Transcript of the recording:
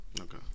Okay